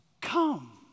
Come